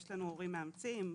יש הורים מאמצים,